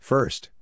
First